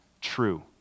true